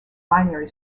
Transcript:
binary